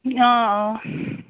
آ آ